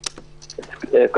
שלום, בוקר טוב.